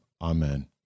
Amen